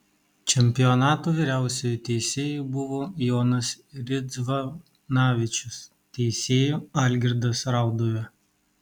čempionato vyriausiuoju teisėju buvo jonas ridzvanavičius teisėju algirdas rauduvė